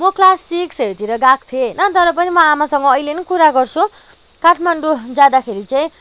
म क्लास सिक्सहरूतिर गएको थिएँ होइन तर पनि म आमासँग अहिले पनि कुरा गर्छु काठमाडौँ जाँदाखेरि चाहिँ